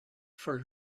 for